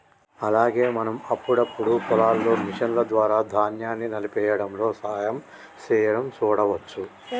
అలాగే మనం అప్పుడప్పుడు పొలాల్లో మిషన్ల ద్వారా ధాన్యాన్ని నలిపేయ్యడంలో సహాయం సేయడం సూడవచ్చు